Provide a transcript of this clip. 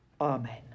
Amen